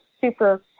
super